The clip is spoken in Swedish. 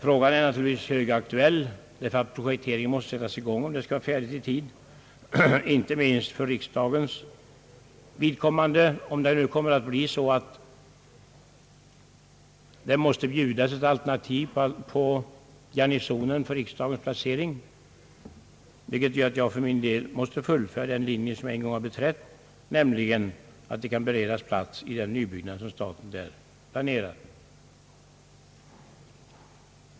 Frågan är naturligtvis högaktuell — eftersom = projekteringen måste sättas i gång om bygget skall vara färdigt i tid inte minst för riksdagens vidkommande, därest det nu blir så att Garnisonen måste vara ett alternativ för riksdagens placering. Det gör att jag för min del måste fullfölja den linje som jag en gång har beträtt, nämligen att plats för riksdagen måste kunna beredas i den nybyggnad som staten planerar i Garnisonen.